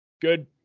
good